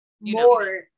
more